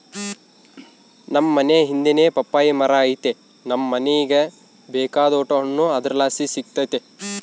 ನಮ್ ಮನೇ ಹಿಂದೆನೇ ಪಪ್ಪಾಯಿ ಮರ ಐತೆ ನಮ್ ಮನೀಗ ಬೇಕಾದೋಟು ಹಣ್ಣು ಅದರ್ಲಾಸಿ ಸಿಕ್ತತೆ